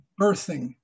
birthing